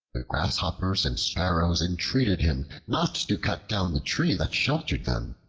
grasshoppers and sparrows entreated him not to cut down the tree that sheltered them,